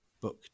book